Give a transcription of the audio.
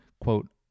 quote